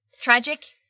tragic